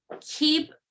keep